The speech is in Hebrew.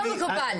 לא מקובל.